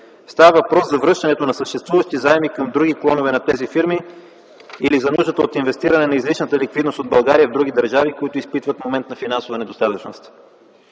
Става въпрос за връщането на съществуващи заеми към други клонове на тези фирми или за нуждата от инвестиране на излишната ликвидност от България в други държави, които изпитват момент на финансова недостатъчност.